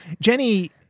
Jenny